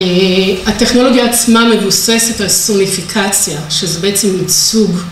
הטכנולוגיה עצמה מבוססת על סוניפיקציה, שזה בעצם מיצוג.